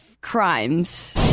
Crimes